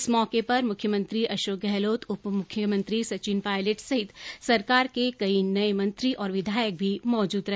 इस मौके पर मुख्यमत्री अशोक गहलोत उप मुख्यमंत्री सचिन पायलट सहित सरकार के कई नये मंत्री और विधायक भी मौजूद रहे